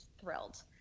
thrilled